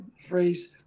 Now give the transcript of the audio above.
phrase